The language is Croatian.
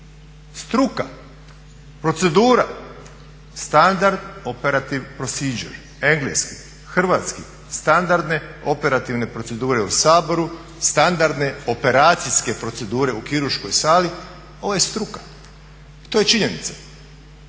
Struka, procedura standard operating procedures- engleski, hrvatski-standardne operativne procedure u Saboru, standardne operacijske procedure u kirurškoj sali, ovo je struka i to je činjenica.